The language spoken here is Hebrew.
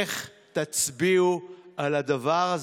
איך תצביעו על הדבר הזה?